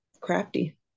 crafty